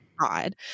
God